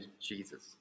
Jesus